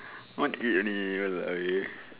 want eat only !walao! eh